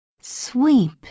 Sweep